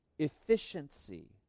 efficiency